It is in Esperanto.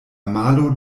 malo